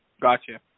Gotcha